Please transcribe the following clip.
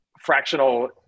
fractional